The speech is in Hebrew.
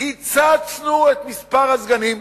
קיצצנו את מספר הסגנים.